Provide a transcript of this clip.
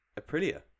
aprilia